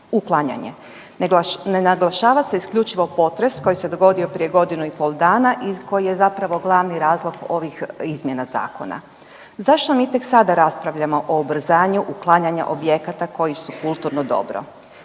uklanjanje. Ne naglašava se isključivo potres koji se dogodio prije godinu i pol dana i koji je zapravo glavni razlog ovih izmjena zakona. Zašto mi tek sada raspravljamo o ubrzanju uklanjanja objekata koji su kulturno dobro,